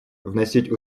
вносить